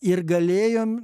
ir galėjom